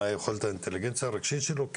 מה רמת האינטליגנציה הרגשית שלו,